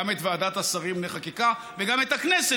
גם את ועדת השרים לחקיקה וגם את הכנסת,